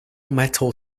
metal